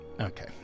Okay